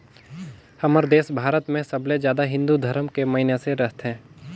हमर देस भारत मे सबले जादा हिन्दू धरम के मइनसे रथें